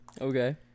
Okay